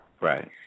Right